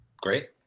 Great